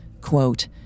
Quote